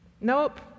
nope